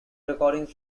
recordings